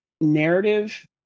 narrative